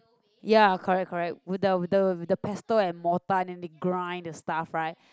ya correct correct with the with the with the pestle and mortar and they grind the stuff right